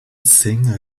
single